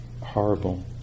horrible